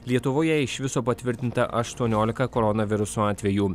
lietuvoje iš viso patvirtinta aštuoniolika koronaviruso atvejų